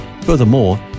Furthermore